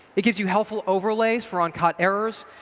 it gives you helpful overlays for uncaught errors,